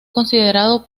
considerado